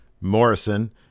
Morrison